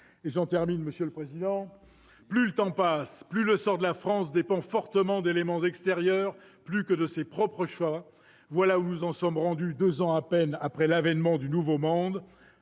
Que d'incertitudes ! Plus le temps passe, plus le sort de la France dépend fortement d'éléments extérieurs, plutôt que de ses propres choix. Voilà où nous en sommes, deux ans à peine après l'avènement du « nouveau monde